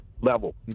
level